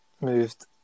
Moved